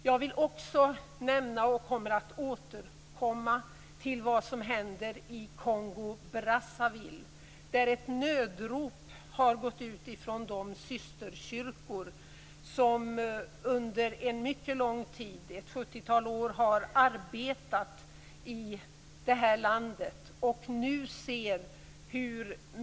Jag vill också nämnda det som händer i Kongo Brazzaville. Ett nödrop har gått ut från de systerkyrkor som under mycket lång tid - ett 70-tal år - har arbetat i landet.